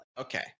Okay